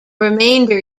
remainder